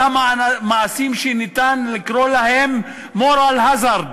כל המעשים שאפשר לקרוא להם Moral Hazard,